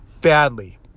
badly